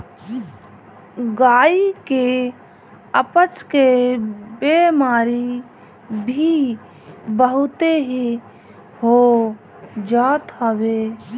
गाई के अपच के बेमारी भी बहुते हो जात हवे